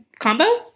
combos